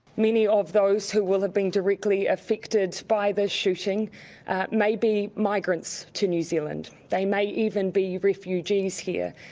many of those who will have been directly affected by this shooting may be migrants to new zealand, they may even be refugees here.